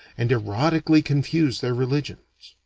and erotically confuse their religions.